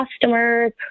customers